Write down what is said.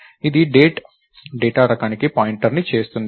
ఇది date data రకానికి point చేస్తుంది